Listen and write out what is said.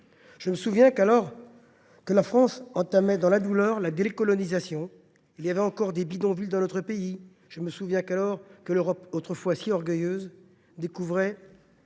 Je me souviens que la France entamait alors, dans la douleur, la décolonisation. Il y avait encore des bidonvilles dans notre pays. Je me souviens que l’Europe, autrefois si orgueilleuse, découvrait,